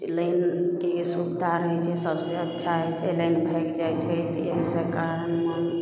line उनके ई सुविधा रहै छै सबसे अच्छा होइ छै लाइन भागि जाइ छै तऽ एहिके कारण मोन